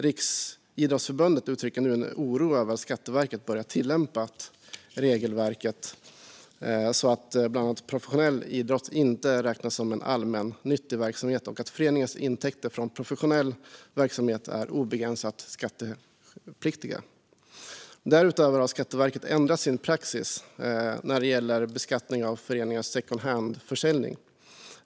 Riksidrottsförbundet uttrycker nu en oro över att Skatteverket börjat tillämpa regelverket, så att bland annat professionell idrott inte räknas som en allmännyttig verksamhet och att föreningars intäkter från professionell verksamhet är obegränsat skattepliktiga. Därutöver har Skatteverket ändrat sin praxis när det gäller beskattning av föreningars secondhandförsäljning.